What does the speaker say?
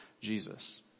Jesus